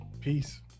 Peace